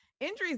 Injuries